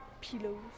Pillows